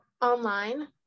online